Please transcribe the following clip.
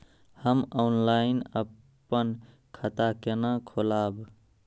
हम ऑनलाइन अपन खाता केना खोलाब?